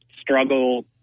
struggle